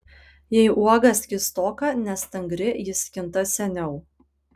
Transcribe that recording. jei uoga skystoka nestangri ji skinta seniau